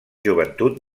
joventut